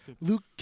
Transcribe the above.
Luke